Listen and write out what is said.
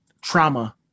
Trauma